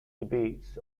debates